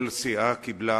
כל סיעה קיבלה